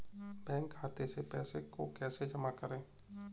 Bank खाते से पैसे को कैसे जमा करें?